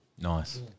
Nice